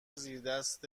زیردست